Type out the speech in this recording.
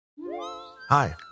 Hi